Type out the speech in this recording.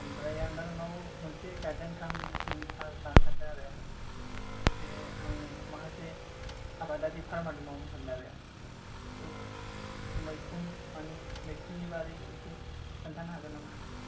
ओमफ्राय आं दा नोंनाव मोनसे गाइडलाइन लानो सानदों आरो बे आं माखासे आबादारि फार्मार मावनो सानदों आरो थ' मैखुननि बारै एसे खोन्थानो हागोन नामा आदाया